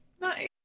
Nice